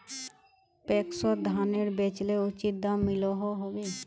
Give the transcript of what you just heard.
पैक्सोत धानेर बेचले उचित दाम मिलोहो होबे?